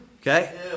okay